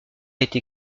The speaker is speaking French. été